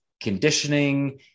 Conditioning